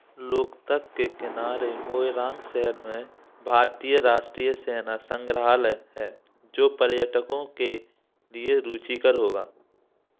लोकतक के किनारे मोइरांग शहर में भारतीय राष्ट्रीय सेना संग्रहालय है जो पर्यटकों के लिए रुचिकर होगा